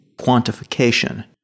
quantification